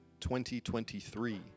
2023